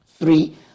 Three